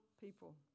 people